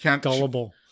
gullible